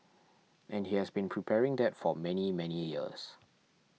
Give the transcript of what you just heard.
and he has been preparing that for many many years